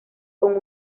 con